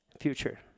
future